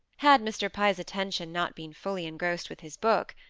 had mr. pye's attention not been fully engrossed with his book,